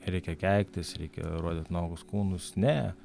reikia keiktis reikia rodyt nuogus kūnus ne